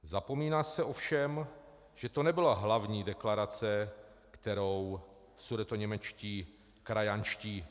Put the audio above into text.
Zapomíná se ovšem, že to nebyla hlavní deklarace, kterou sudetoněmečtí krajanští...